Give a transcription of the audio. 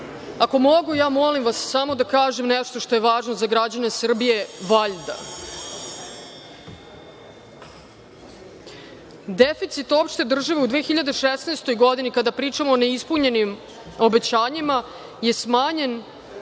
Ako mogu, molim vas, samo da kažem nešto što je važno za građane Srbije, valjda. Deficit opšte države u 2016. godini, kada pričamo o neispunjenim obećanjima, smanjen